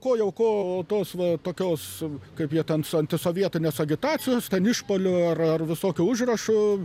ko jau ko o tos va tokios kaip jie ten antisovietinės agitacijos išpuolių ar ar visokių užrašų